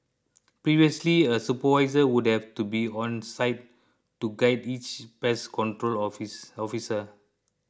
previously a supervisor would have to be on site to guide each pest control office officer